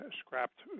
scrapped